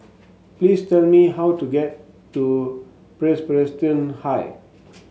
please tell me how to get to Presbyterian High